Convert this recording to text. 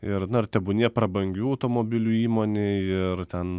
ir na ir tebūnie prabangių automobilių įmonėj ir ten